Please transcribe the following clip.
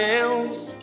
else